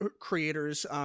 creators